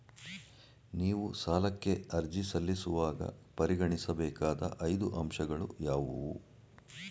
ನೀವು ಸಾಲಕ್ಕೆ ಅರ್ಜಿ ಸಲ್ಲಿಸುವಾಗ ಪರಿಗಣಿಸಬೇಕಾದ ಐದು ಅಂಶಗಳು ಯಾವುವು?